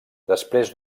després